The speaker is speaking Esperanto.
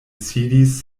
sidis